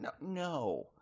No